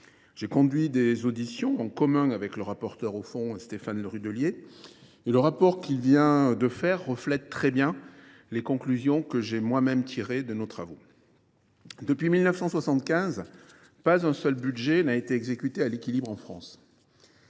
J’ai conduit des auditions conjointement avec le rapporteur au fond, Stéphane Le Rudulier, et le rapport qu’il vient de faire reflète très bien les conclusions que j’ai moi même tirées de nos travaux. Depuis 1975, pas un seul budget n’a été voté à l’équilibre en France.